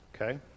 Okay